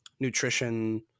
nutrition